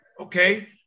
okay